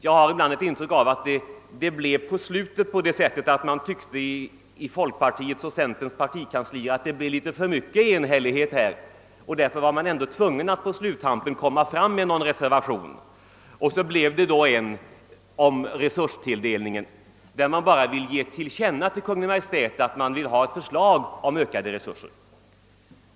Jag har ett intryck av att man i folkpartiets och centerpartiets partikanslier tyckte att det blev litet för mycket enighet och att man därför kände sig tvungen att avge en reservation på sluttampen, och så blev det då en om resurstilldelningen, i vilken man bara hemställer att riksdagen skall ge till känna för Kungl. Maj:t att man vill ha ett förslag om ökade resurser.